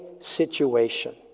situation